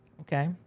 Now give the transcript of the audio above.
Okay